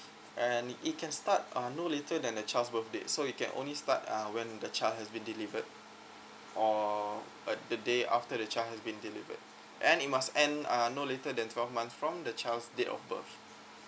and it can only start uh no later than the child's birth date so it can only start uh when the child has been delivered or the day after the child has been delivered and it must end uh no later than twelve months from the child's date of birth